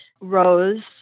rose